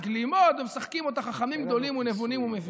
גלימות ומשחקים אותה חכמים גדולים ונבונים ומבינים.